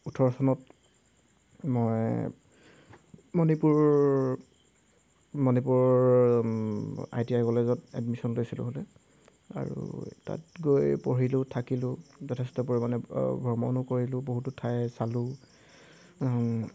ওঠৰ চনত মই মণিপুৰ মণিপুৰৰ আই টি আই কলেজত এডমিশ্যন লৈছিলোঁ হ'লে আৰু তাত গৈ পঢ়িলোঁ থাকিলোঁ যথেষ্ট পৰিমাণে ভ্ৰমণো কৰিলোঁ বহুতো ঠাই চালোঁ